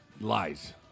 Lies